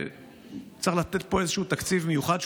צריך לתת פה איזשהו תקציב מיוחד,